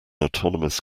autonomous